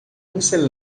você